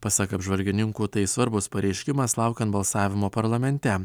pasak apžvalgininkų tai svarbus pareiškimas laukiant balsavimo parlamente